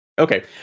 Okay